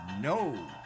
No